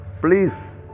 please